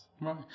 Right